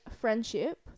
friendship